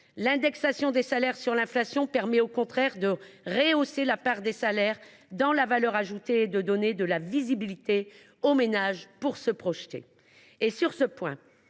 L’indexation des salaires sur l’inflation permet au contraire de rehausser la part des salaires dans la valeur ajoutée et de donner de la visibilité aux ménages pour se projeter. Sur ce point,